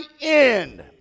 end